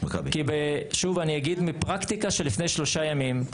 כי שוב אני אגיד, מפרקטיקה של לפני שלושה ימים.